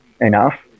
enough